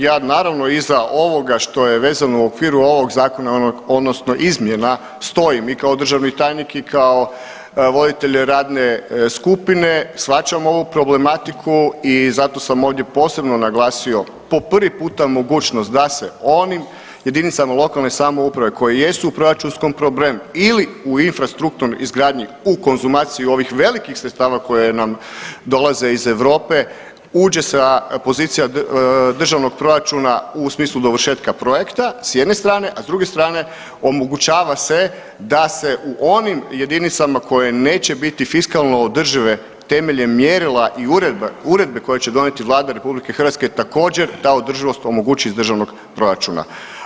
Ja naravno iza ovoga što je vezano u okviru ovog zakona odnosno izmjena stojim i kao državni tajnik i kao voditelj radne skupine shvaćam ovu problematiku i zato sam ovdje posebno naglasio po prvi puta mogućnost da se onim jedinicama lokalne samouprave koje jesu u proračunskom problemu ili u infrastrukturnoj izgradnji u konzumaciju ovih velikih sredstva koje nam dolaze iz Europe uđe sa pozicija državnog proračuna u smislu dovršetka projekta s jedne strane, a s druge strane omogućava se da se u onim jedinicama koje neće biti fiskalno održive temeljem mjerila i uredbe koju će donijeti Vlada RH također ta održivost omogući iz državnog proračuna.